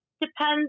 depends